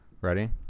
Ready